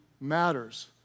matters